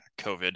COVID